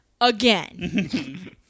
again